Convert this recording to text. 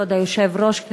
כבוד היושב-ראש,